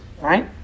right